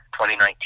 2019